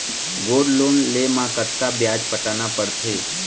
Gold loan मे कतका ब्याज पटाना पड़थे?